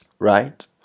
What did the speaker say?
right